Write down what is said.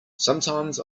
sometimes